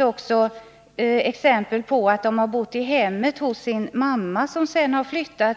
också exempel på att den värnpliktige har bott i hemmet hos sin mor, som sedan på grund av nytt giftermål har flyttat.